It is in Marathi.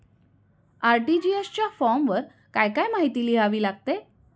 आर.टी.जी.एस च्या फॉर्मवर काय काय माहिती लिहावी लागते?